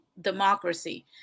democracy